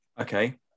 Okay